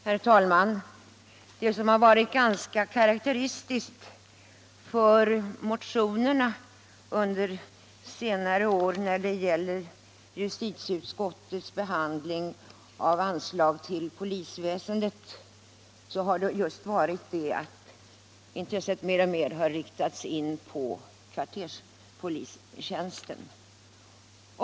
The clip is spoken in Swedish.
Herr talman! Ganska karakteristiskt för motionerna under senare år, när det gäller justitieutskottets behandling av anslag till polisväsendet, har varit att intresset mer och mer inriktats på kvarterspolistjänsterna.